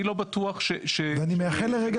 אני לא בטוח ש- -- ואני מייחל לרגע